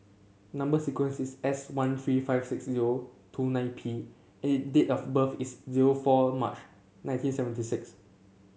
number sequence is S one three five six zero two nine P and the date of birth is zero four March nineteen seventy six